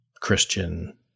Christian